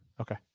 Okay